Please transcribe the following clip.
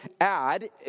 add